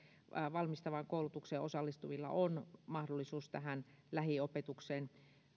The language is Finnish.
valmistavaan koulutukseen osallistuvilla on mahdollisuus tähän lähiopetukseen